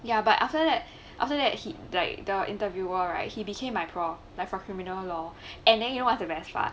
ya but after that after that he like the interviewer right he became my prof like for criminal law and then you know at the class